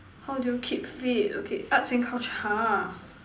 how do you keep fit okay arts and culture !huh!